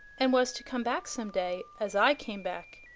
and was to come back some day, as i came back,